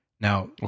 Now